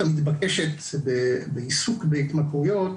זה הזהירות המתבקשת בעיסוק בהתמכרויות